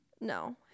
No